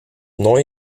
neu